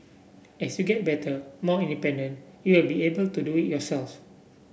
as you get better more independent you will be able to do yourself